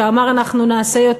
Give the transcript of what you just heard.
שאמר: אנחנו נעשה יותר.